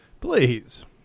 Please